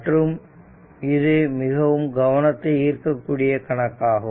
மற்றும் இது மிகவும் கவனத்தை ஈர்க்கக்கூடிய கணக்காகும்